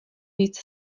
víc